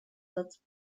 satz